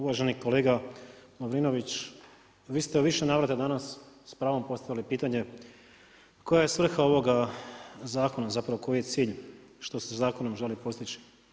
Uvaženi kolega Lovrinović, vi ste u više navrata danas s pravom postavili pitanje koja je svrha ovoga zakona, zapravo koji je cilj što se zakonom želi postići.